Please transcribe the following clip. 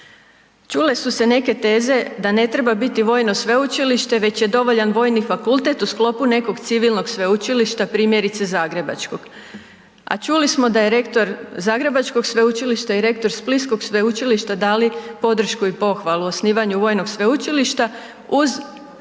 Čule su se neke teze da ne treba biti vojno sveučilište već je dovoljan vojni fakultet u sklopu nekog civilnog sveučilišta primjerice zagrebačkog. A čuli smo da je rektor zagrebačkog sveučilišta i rektor splitskog sveučilišta dali podršku i pohvalu o osnivanju vojnog sveučilišta uz